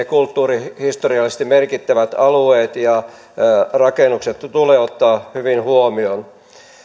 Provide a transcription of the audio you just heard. kulttuurihistoriallisesti merkittävät alueet ja rakennukset tulee ottaa hyvin huomioon